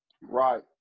Right